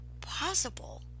possible